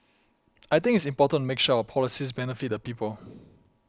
I think it's important make sure our policies benefit the people